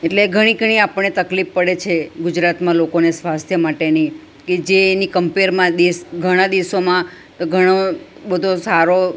એટલે ઘણી ઘણી આપણે તકલીફ પડે છે ગુજરાતમાં લોકોને સ્વાસ્થ્ય માટેની કે જે એની કંપેરમાં દેશ ઘણા દેશમાં ઘણો બધો સારો